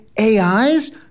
AIs